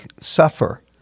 suffer